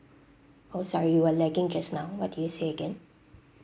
oh sorry you were lagging just now what did you say again